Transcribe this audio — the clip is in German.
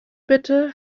bitte